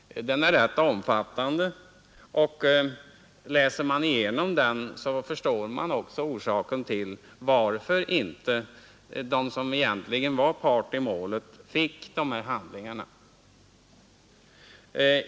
Den är rätt omfattande, och läser man igenom den förstår man också varför inte den egentliga parten i målet fick handlingarna.